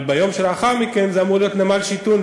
אבל ביום שלאחר מכן זה אמור להיות נמל שִטְעון,